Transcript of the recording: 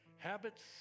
Habits